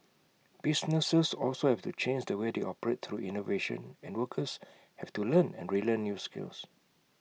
businesses also have to change the way they operate through innovation and workers have to learn and relearn new skills